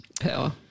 power